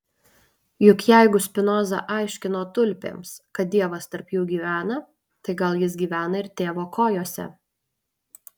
juk jeigu spinoza aiškino tulpėms kad dievas tarp jų gyvena tai gal jis gyvena ir tėvo kojose